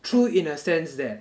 true in a stance that